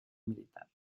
militar